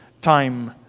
time